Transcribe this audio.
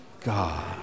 God